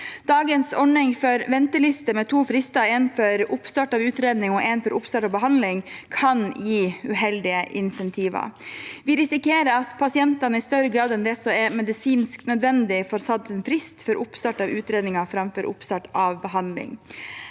Dagens ordning for venteliste med to frister, en for oppstart av utredning og en for oppstart av behandling, kan gi uheldige insentiver. Vi risikerer at pasientene i større grad enn det som er medisinsk nødvendig, får satt en frist for oppstart av utredninger framfor oppstart av behandling.